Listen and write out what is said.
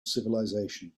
civilization